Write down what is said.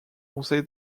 conseil